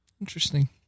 Interesting